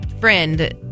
friend